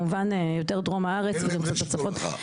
ויותר בדרום הארץ,